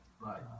right